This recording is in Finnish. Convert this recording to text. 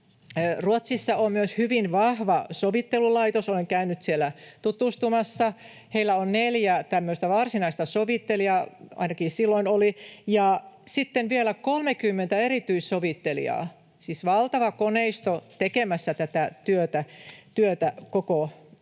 Ruotsissa on myös hyvin vahva sovittelulaitos, olen käynyt siellä tutustumassa. Heillä on neljä tämmöistä varsinaista sovittelijaa, ainakin silloin oli, ja sitten vielä 30 erityissovittelijaa — siis valtava koneisto tekemässä tätä työtä koko ajan.